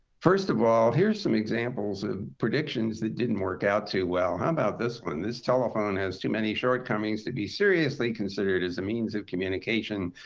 first of all, here's some examples of predictions that didn't work out too well. how about this one. this telephone has too many shortcomings to be seriously considered as a means of communication.